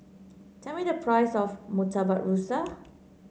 tell me the price of Murtabak Rusa